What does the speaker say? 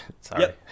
sorry